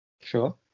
Sure